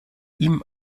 ihm